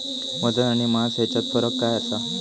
वजन आणि मास हेच्यात फरक काय आसा?